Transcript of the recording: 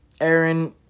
Aaron